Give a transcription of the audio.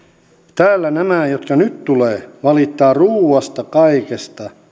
täällä nämä jotka nyt tulevat valittavat ruuasta kaikesta